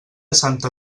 santa